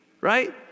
Right